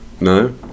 No